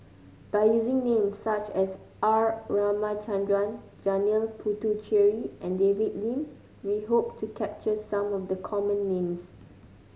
by using names such as R Ramachandran Janil Puthucheary and David Lim we hope to capture some of the common names